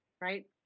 right